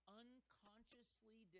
unconsciously